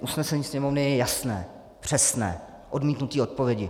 Usnesení Sněmovny je jasné, přesné odmítnutí odpovědi.